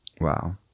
Wow